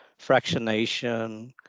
fractionation